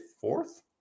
fourth